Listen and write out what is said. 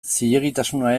zilegitasuna